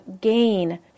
gain